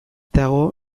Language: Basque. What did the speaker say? dago